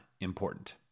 important